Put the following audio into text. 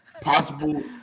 possible